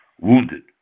wounded